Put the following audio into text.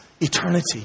eternity